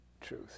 truth